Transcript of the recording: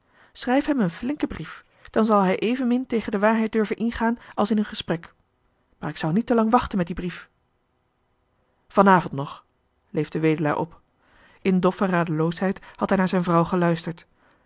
schrijf hem een flinke brief dan zal hij evenmin tegen de waarheid durven ingaan als in een gesprek maar ik zou niet te lang wachten met die brief vanavond nog leefde wedelaar op in doffe radeloosheid had hij naar zijn vrouw geluisterd